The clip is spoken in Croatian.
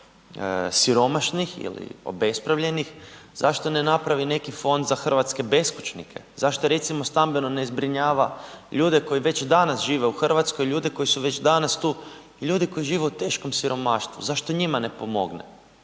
siromašnih ili obespravljenih, zašto ne napravi neki fond za hrvatske beskućnike? Zašto recimo stambeno zbrinjava ljude koji već danas žive u Hrvatskoj, ljude koji su već danas tu, ljudi koji žive u teškom siromaštvu, zašto njima ne pomogne?